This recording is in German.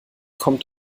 kommt